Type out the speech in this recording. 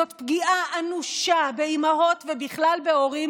זאת פגיעה אנושה באימהות ובכלל בהורים